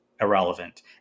irrelevant